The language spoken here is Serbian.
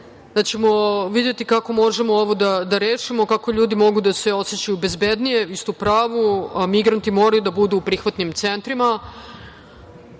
ćemo videti kako možemo ovo da rešimo kako ljudi mogu da se osećaju bezbednije. Vi ste u pravu, migranti moraju da budu u prihvatnim centrima. Evropa